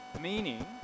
Meaning